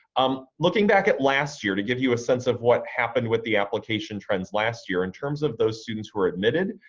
um looking back at last year to give you a sense of what happened with the application trends last year in terms of those students who are admitted,